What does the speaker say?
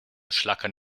schlackern